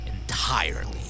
entirely